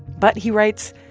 but, he writes,